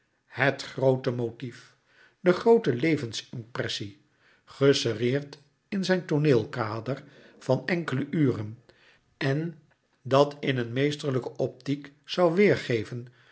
het groote motief de groote levensimpressie geserreerd in zijn tooneelkader van enkele uren en dat in een meesterlijke optiek zoû weêrgeven